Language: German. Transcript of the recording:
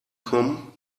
kommen